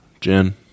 Jen